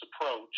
approach